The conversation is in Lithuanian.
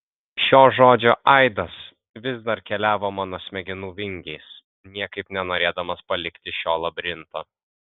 šio žodžio aidas vis dar keliavo mano smegenų vingiais niekaip nenorėdamas palikti šio labirinto